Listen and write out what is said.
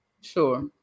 Sure